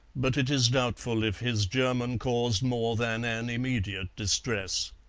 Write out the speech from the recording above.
but it is doubtful if his german caused more than an immediate distress.